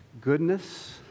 goodness